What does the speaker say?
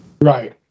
right